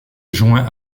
joint